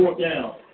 down